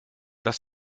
das